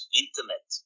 internet